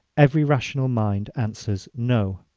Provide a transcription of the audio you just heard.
every rational mind answers, no.